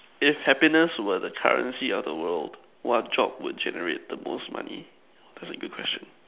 if happiness were the currency of the world what job would generate the most money that's a good question